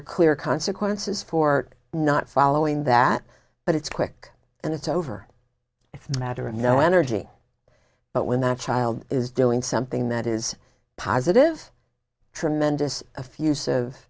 are clear consequences for not following that but it's quick and it's over it's a matter of no energy but when that child is doing something that is positive tremendous a few